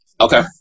Okay